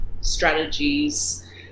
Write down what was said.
strategies